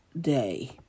day